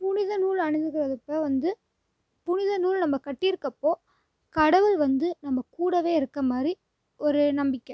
புனித நூல் அணிந்து இருக்கற வந்து புனித நூல் நம்ம கட்டியிருக்கிறப்போ கடவுள் வந்து நம்ம கூடவே இருக்கற மாதிரி ஒரு நம்பிக்கை